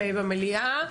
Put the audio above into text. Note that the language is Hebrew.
במליאה,